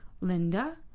Linda